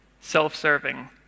self-serving